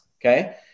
Okay